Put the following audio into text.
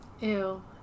Ew